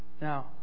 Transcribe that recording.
Now